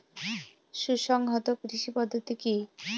সুসংহত কৃষি পদ্ধতি কি?